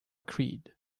creed